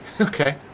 Okay